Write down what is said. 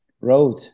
road